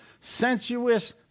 sensuous